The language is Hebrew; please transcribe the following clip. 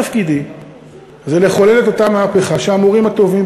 תפקידי זה לחולל את אותה מהפכה שהמורים הטובים